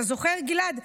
אתה זוכר, גלעד?